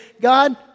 God